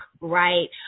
right